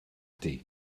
ydy